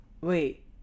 Wait